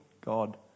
God